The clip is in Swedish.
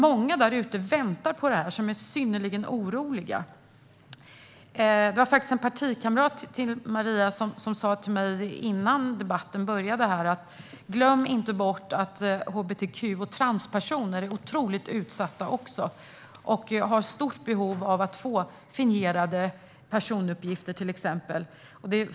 Många där ute väntar på det här, och de är synnerligen oroliga. En partikamrat till Maria Strömkvist sa till mig innan debatten började att inte glömma bort att hbtq och transpersoner också är otroligt utsatta och har stort behov av att få till exempel fingerade personuppgifter.